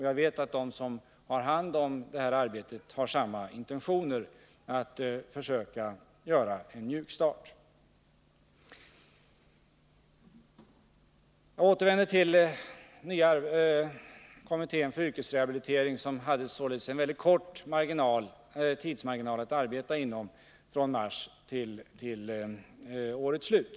Jag vet att de som har hand om det här arbetet har samma intentioner. Jag återvänder till kommittén för yrkesrehabilitering, som hade en mycket kort tidsrymd att arbeta inom, från mars till årets slut.